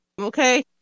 Okay